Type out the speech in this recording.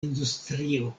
industrio